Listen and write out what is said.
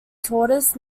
tortoise